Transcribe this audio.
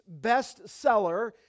bestseller